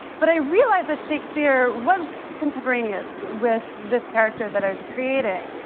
but i realize that shakespeare was contemporaneous with this character that i was creating.